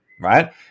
right